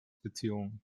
beziehungen